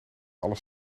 alles